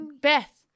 Beth